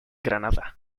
granada